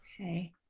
okay